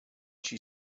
she